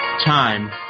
Time